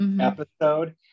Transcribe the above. episode